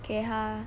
给他